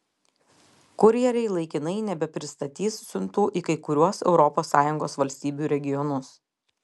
kurjeriai laikinai nebepristatys siuntų į kai kuriuos europos sąjungos valstybių regionus